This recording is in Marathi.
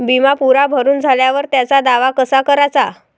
बिमा पुरा भरून झाल्यावर त्याचा दावा कसा कराचा?